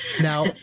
Now